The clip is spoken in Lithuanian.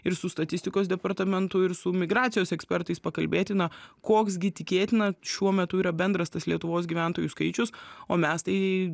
ir su statistikos departamentu ir su migracijos ekspertais pakalbėti na koks gi tikėtina šiuo metu yra bendras tas lietuvos gyventojų skaičius o mes tai